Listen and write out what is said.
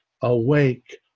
awake